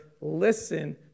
listen